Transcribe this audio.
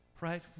right